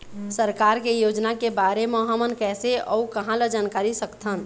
सरकार के योजना के बारे म हमन कैसे अऊ कहां ल जानकारी सकथन?